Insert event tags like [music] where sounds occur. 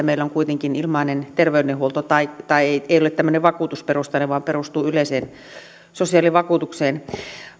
[unintelligible] meillä on kuitenkin ilmainen terveydenhuolto tai se ei ole tämmöinen vakuutusperustainen vaan perustuu yleiseen sosiaalivakuutukseen